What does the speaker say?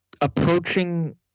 approaching